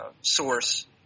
source